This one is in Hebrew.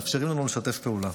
מאפשרים לנו שיתוף פעולה.